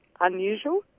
unusual